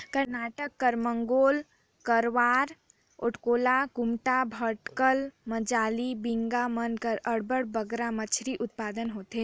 करनाटक कर मंगलोर, करवार, अकोला, कुमटा, भटकल, मजाली, बिंगी मन में अब्बड़ बगरा मछरी उत्पादन होथे